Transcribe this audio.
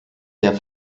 der